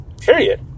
Period